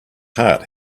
heart